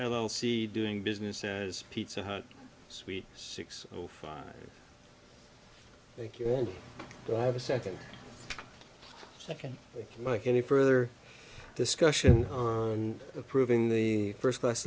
l c doing business as pizza hut suite six o five thank you want to have a second second mike any further discussion on approving the first class